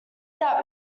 that